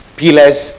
pillars